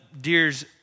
deer's